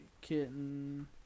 kitten